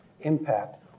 impact